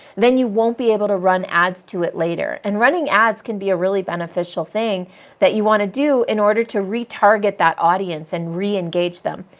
then you won't be able to run ads to it later. and running ads can be a really beneficial thing that you want to do in order to retarget that audience and re-engage them.